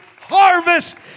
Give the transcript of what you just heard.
harvest